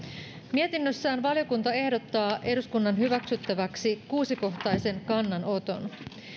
mietinnössään valiokunta ehdottaa eduskunnan hyväksyttäväksi kuusikohtaisen kannanoton